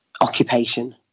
occupation